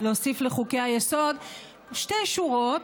להוסיף לחוקי-היסוד שתי שורות.